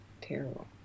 terrible